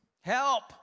Help